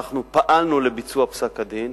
אנחנו פעלנו לביצוע פסק-הדין,